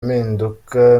impinduka